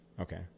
okay